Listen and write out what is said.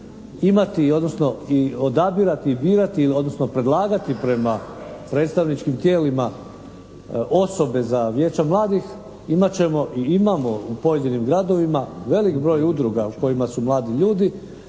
imati odnosno i odabirati, birati odnosno predlagati prema predstavničkim tijelima osobe za Vijeća mladih imat ćemo i imamo u pojedinim gradovima velik broj udruga u kojima su mladi ljudi,